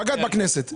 פגעת בכנסת.